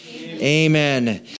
amen